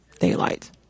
daylight